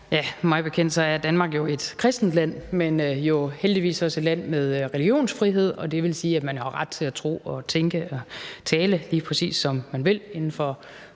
Ja, mig bekendt er Danmark et kristent land, men jo heldigvis også et land med religionsfrihed, og det vil sige, at man har ret til at tro og tænke og tale lige præcis, som man vil, inden for